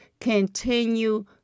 Continue